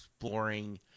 exploring